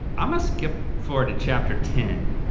i'm gonna skip forward to chapter ten.